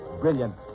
brilliant